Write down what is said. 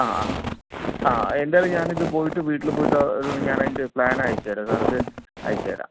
ആ ആ ആ എന്തായാലും ഞാനിത് പോയിട്ട് വീട്ടില് പോയിട്ട് അത് ഞാനതിൻ്റെ പ്ലാന് അയച്ചു തരാം സാർക്ക് അയച്ചു തരാം